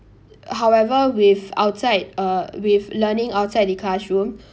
however with outside uh with learning outside the classroom